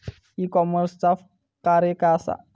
E कॉमर्सचा कार्य काय असा?